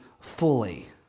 fully